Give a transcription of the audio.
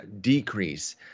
decrease